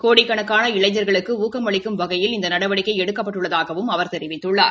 கோடிக்கணக்கான இளைஞர்களுக்கு ஊக்கம் அளிக்கும் வகையில் இந்த நடவடிக்கை எடுக்கப்பட்டுள்ளதாகவும் அவர் தெரிவித்துள்ளார்